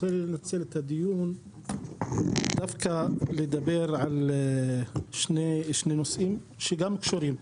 רוצה לנצל את הדיון דווקא לדבר על שני נושאים שגם קשורים,